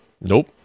nope